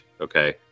okay